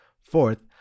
Fourth